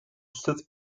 south